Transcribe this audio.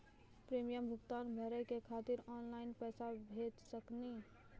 Premium भुगतान भरे के खातिर ऑनलाइन पैसा भेज सकनी?